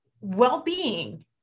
well-being